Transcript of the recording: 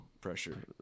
pressure